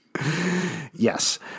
Yes